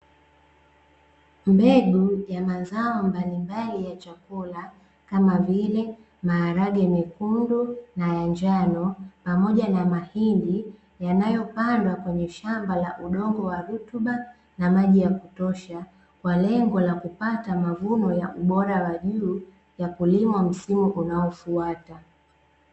Mbegu ya mazao mbalimbali ya chakula, kama vile maharage mekundu na ya njano pamoja na mahindi, yanayopandwa kwenye shamba la udongo wa rutuba na maji ya kutosha kwa lengo la kupata mavuno ya ubora wa juu ya kulima msimu unaofuata.